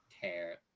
tear